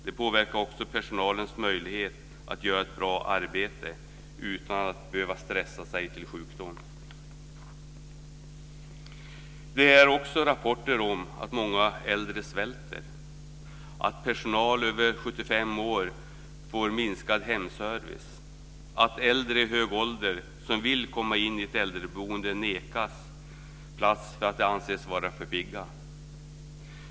Det påverkar också personalens möjlighet att göra ett bra arbete utan att behöva stressa sig till sjukdom. Det kommer också rapporter om att många äldre svälter, att personer över 75 år får minskad hemservice, att äldre i hög ålder som vill komma in i ett äldreboende nekas plats för att de anses vara för pigga.